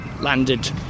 landed